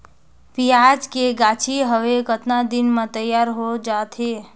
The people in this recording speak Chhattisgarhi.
पियाज के गाछी हवे कतना दिन म तैयार हों जा थे?